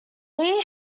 lee